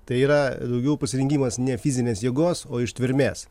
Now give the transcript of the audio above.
tai yra daugiau pasirengimas ne fizinės jėgos o ištvermės